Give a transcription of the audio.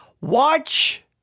Watch